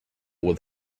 with